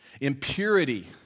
impurity